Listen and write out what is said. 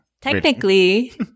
Technically